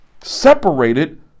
separated